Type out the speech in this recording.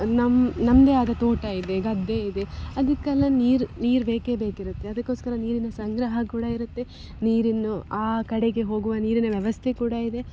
ನಮ್ಮ ನಮ್ಮದೇ ಆದ ತೋಟ ಇದೆ ಗದ್ದೆ ಇದೆ ಅದಕ್ಕೆಲ್ಲ ನೀರು ನೀರು ಬೇಕೇ ಬೇಕಿರುತ್ತೆ ಅದಕೋಸ್ಕರ ನೀರಿನ ಸಂಗ್ರಹ ಕೂಡ ಇರುತ್ತೆ ನೀರನ್ನು ಆ ಕಡೆಗೆ ಹೋಗುವ ನೀರಿನ ವ್ಯವಸ್ಥೆ ಕೂಡ ಇದೆ